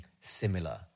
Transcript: similar